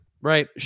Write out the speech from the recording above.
right